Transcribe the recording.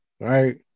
right